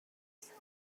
صدای